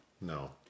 No